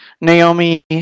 Naomi